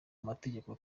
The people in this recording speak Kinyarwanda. amategeko